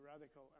radical